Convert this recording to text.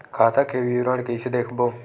खाता के विवरण कइसे देखबो?